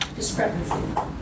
Discrepancy